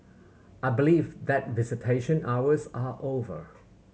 I believe that visitation hours are over